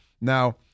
Now